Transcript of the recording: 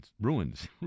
ruins